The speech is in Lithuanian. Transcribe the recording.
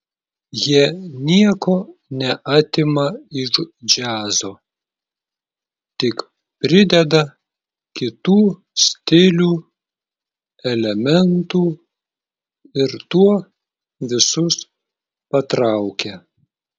jie nieko neatima iš džiazo tik prideda kitų stilių elementų ir tuo visus patraukia